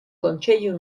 kontseilu